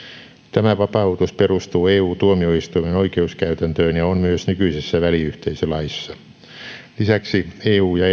tämä vapautus perustuu eu tuomioistuimen oikeuskäytäntöön ja on myös nykyisessä väliyhteisölaissa lisäksi eu ja